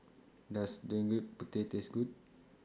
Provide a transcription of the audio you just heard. Does Gudeg Putih Taste Good